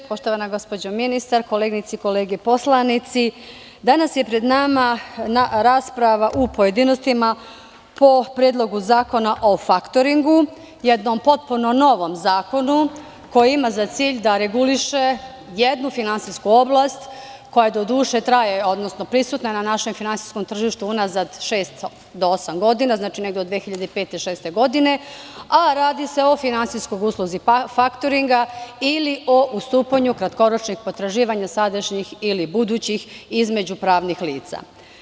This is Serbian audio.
Poštovana gospođo ministar, koleginice i kolege poslanici, danas je pred nama rasprava u pojedinostima po Predlogu zakona o faktoringu, jednom potpuno novom zakonu, koji ima za cilj da reguliše jednu finansijsku oblast koja, doduše, traje, odnosno prisutna je na našem finansijskom tržištu unazad šest do osam godina, znači, negde od 2005-2006. godine, a radi se o finansijskoj usluzi faktoringa, ili o ustupanju kratkoročnih potraživanja, sadašnjih ili budućih, između pravnih lica.